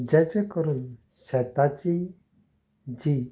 जाचें करून शेताची जी